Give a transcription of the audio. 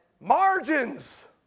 Margins